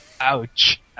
Ouch